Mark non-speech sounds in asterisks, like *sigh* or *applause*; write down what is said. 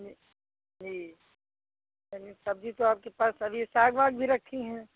*unintelligible* जी चलिए सब्ज़ी तो आपके पास सभी साग वाग भी रखी हैं